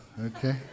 okay